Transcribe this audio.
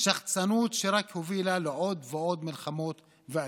שחצנות שרק הובילה לעוד ועוד מלחמות ואלימות.